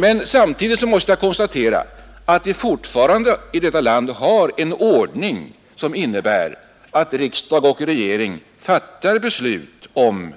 Men samtidigt måste jag konstatera att vi fortfarande i vårt land har en ordning som innebär att riksdag och regering fattar beslut om